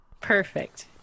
Perfect